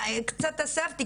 קצת אספתי,